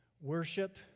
worship